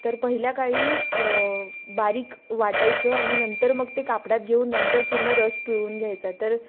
तर पहिल्या काळी बारीक वाटायचं आणि नंतर मग ते कापडात घेऊन नंतर पूर्ण रस पिळून घ्यायचा तर